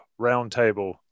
roundtable